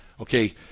Okay